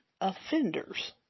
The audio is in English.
offenders